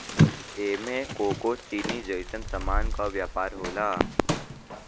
एमे कोको चीनी जइसन सामान के व्यापार होला